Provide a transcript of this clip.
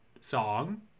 song